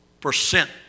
percent